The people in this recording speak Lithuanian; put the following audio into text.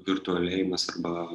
virtualėjimas arba